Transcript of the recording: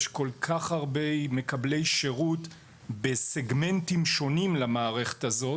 יש כל כך הרבה מקבלי שירות בסגמנטים שונים למערכת הזאת.